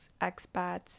expats